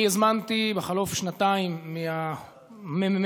אני הזמנתי בחלוף שנתיים מהממ"מ,